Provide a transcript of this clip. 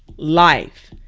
life.